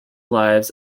lives